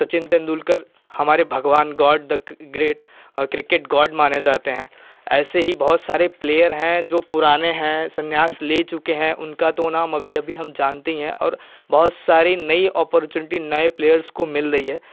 सचिन तेन्दुलकर हमारे भगवान god the great a cricket god माने जाते हैं ऐसे ही बहुत सारे प्लेयर हैं जो पुराने हैं सन्यास ले चुके हैं उनका तो नाम अभी अभी हम जानते ही हैं और बहुत सारी नई ओपुर्चुनिटी नए प्लेयर्स को मिल रही हैं